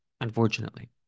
unfortunately